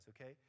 okay